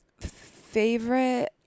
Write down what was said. Favorite